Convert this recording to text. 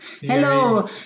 Hello